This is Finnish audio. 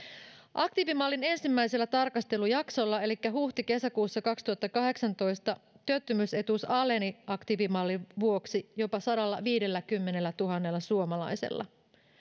aktiivimallin ensimmäisellä tarkastelujaksolla elikkä huhti kesäkuussa kaksituhattakahdeksantoista työttömyysetuus aleni aktiivimallin vuoksi jopa sadallaviidelläkymmenellätuhannella suomalaisella